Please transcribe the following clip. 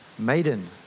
maiden